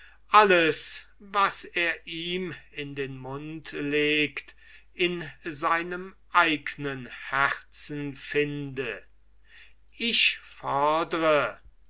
alles was er ihm in den mund logt in seinem eignen herzen finde ich fodre